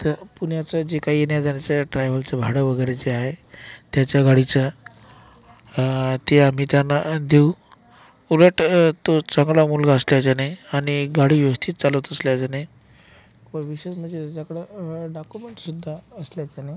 तर पुण्याचं जे काही येण्याजाण्याचं ट्रॅव्हलचं भाडं वगैरे जे आहे त्याच्या गाडीचं ते आम्ही त्यांना देऊ उलट तो चांगला मुलगा असल्याच्याने आणि गाडी व्यवस्थित चालवत असल्याच्याने विशेष म्हणजे आपल्याकडं डॉक्युमेंट्ससुद्धा असल्याच्यानं